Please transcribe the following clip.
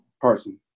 person